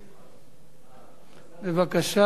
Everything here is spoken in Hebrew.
בבקשה,